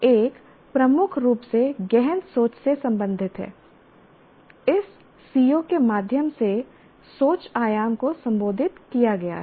PO1 प्रमुख रूप से गहन सोच से संबंधित है इस CO के माध्यम से सोच आयाम को संबोधित किया गया है